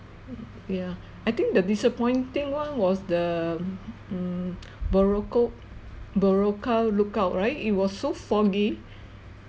yeah I think the disappointing one was the mm boroka boroka lookout right it was so foggy